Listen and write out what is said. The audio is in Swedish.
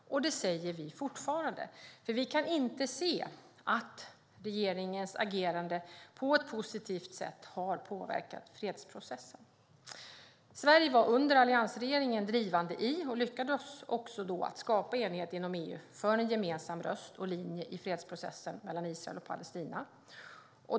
Det säger vi fortfarande, för vi kan inte se att regeringens agerande har påverkat fredsprocessen på ett positivt sätt. Sverige var under alliansregeringen drivande och lyckades då också skapa enighet inom EU för en gemensam röst och linje i fredsprocessen mellan Israel och Palestina.